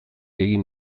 egin